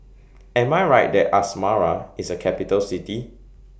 Am I Right that Asmara IS A Capital City